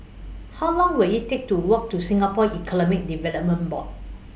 How Long Will IT Take to Walk to Singapore Economic Development Board